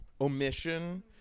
omission